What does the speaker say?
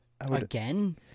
Again